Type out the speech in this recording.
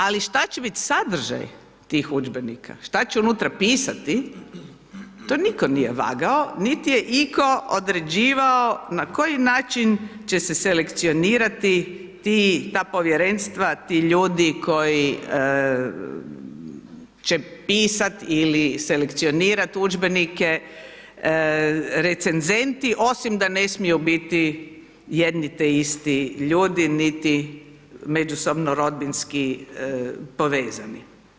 Ali šta će biti sadržaj tih udžbenika, šta će u njima pisati to nitko nije vagao, niti je itko određivao na koji način će se selekcionirati ta povjerenstva, ti ljudi koji će pisati ili selekcionirati udžbenike, recezenti osim da ne smiju biti jedno te isti ljudi niti međusobno rodbinski povezani.